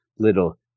Little